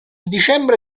dicembre